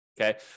Okay